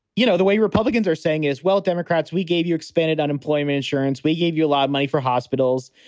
you know, the way republicans are saying is, well, democrats, we gave you expanded unemployment insurance. we gave you a lot of money for hospitals.